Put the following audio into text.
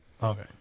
Okay